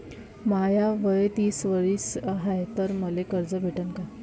माय वय तीस वरीस हाय तर मले कर्ज भेटन का?